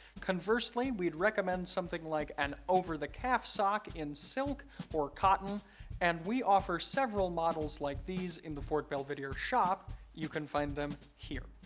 conversely, we'd recommend something like an over the calf sock in silk or cotton and we offer several models like these in the fort belvedere shop you can find them here.